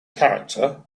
character